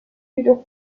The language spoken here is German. jedoch